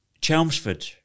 Chelmsford